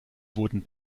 wurden